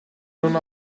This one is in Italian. non